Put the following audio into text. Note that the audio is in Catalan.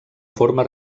forma